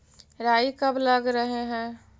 राई कब लग रहे है?